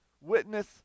witness